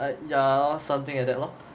I ya something like that lor